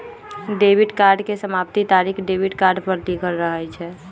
debit card के समाप्ति तारिख डेबिट कार्ड पर लिखल रहइ छै